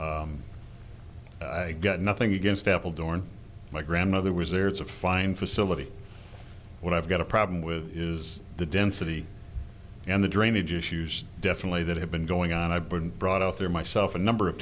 e i got nothing against apple dorn my grandmother was there it's a fine facility what i've got a problem with is the density and the drainage issues definitely that have been going on i've been brought out there myself a number of